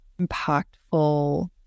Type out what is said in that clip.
impactful